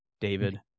David